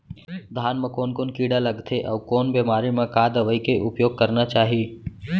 धान म कोन कोन कीड़ा लगथे अऊ कोन बेमारी म का दवई के उपयोग करना चाही?